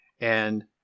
and-